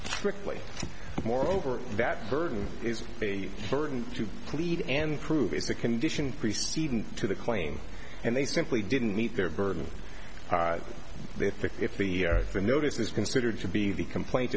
strictly moreover that burden is be certain to the lead and prove is the condition preceding to the claim and they simply didn't meet their burden if the if the notice is considered to be the complaint